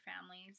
families